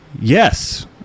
Yes